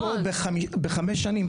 פה בחמש שנים,